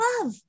love